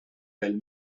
del